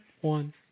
One